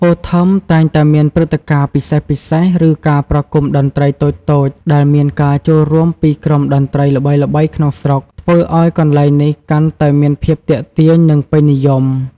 អូ ថឹម តែងតែមានព្រឹត្តិការណ៍ពិសេសៗ ឬការប្រគំតន្ត្រីតូចៗ ដែលមានការចូលរួមពីក្រុមតន្ត្រីល្បីៗក្នុងស្រុក ធ្វើឱ្យកន្លែងនេះកាន់តែមានភាពទាក់ទាញ និងពេញនិយម។